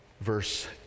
verse